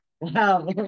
Wow